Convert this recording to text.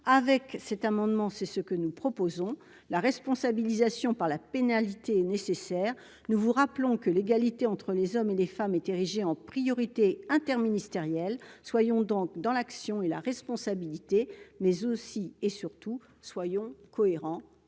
avec cet amendement, c'est ce que nous proposons la responsabilisation par la pénalité nécessaire, nous vous rappelons que l'égalité entre les hommes et les femmes est érigée en priorité interministérielle, soyons donc dans l'action et la responsabilité mais aussi et surtout soyons cohérents,